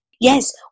Yes